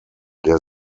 der